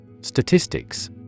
Statistics